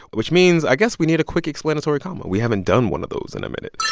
which means, i guess, we need a quick explanatory comma. we haven't done one of those in a minute